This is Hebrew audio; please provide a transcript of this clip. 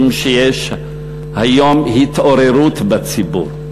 משום שהיום יש התעוררות בציבור.